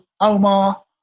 Omar